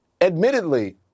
admittedly